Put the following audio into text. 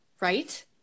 right